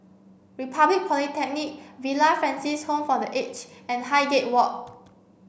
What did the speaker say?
Republic Polytechnic Villa Francis Home for the Aged and Highgate Walk